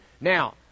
Now